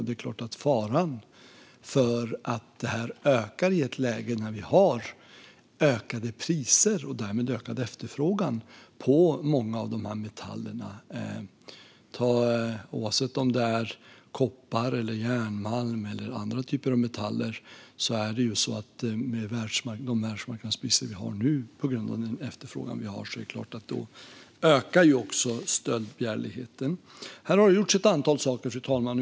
Det finns en fara för att detta ska öka i ett läge med ökade priser och därmed ökad efterfrågan på många metaller, oavsett om det är koppar, järnmalm eller annat. Med ökade världsmarknadspriser och ökad efterfrågan ökar också stöldbegärligheten. Här har det gjorts ett antal saker.